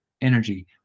energy